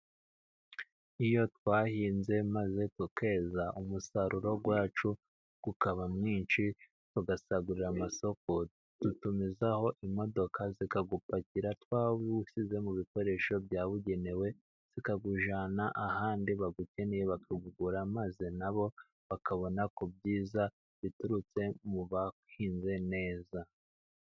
Iyo twahinze maze tukeza umusaruro wacu ukaba mwinshi, ugasagurira amasoko dutumizaho imodoka zikawupakira, twawusize mu bikoresho byabugenewe zikawujyana ahandi bawukenewe, bakawugura maze nabo bakabona ku byiza biturutse mu bahinze neza.